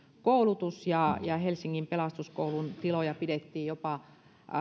koulutus ja ja helsingin pelastuskoulun tiloja pidettiin jopa